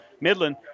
Midland